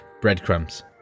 breadcrumbs